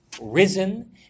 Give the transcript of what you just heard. risen